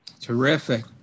Terrific